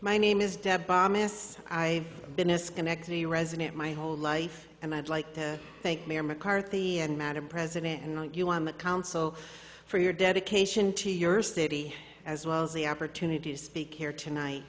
my name is dead i've been a schenectady resident my whole life and i'd like to thank mayor mccarthy and madam president and not you on the council for your dedication to your city as well as the opportunity to speak here tonight